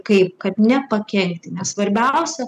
kaip kad nepakenkti nes svarbiausia